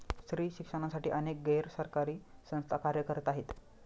स्त्री शिक्षणासाठी अनेक गैर सरकारी संस्था कार्य करत आहेत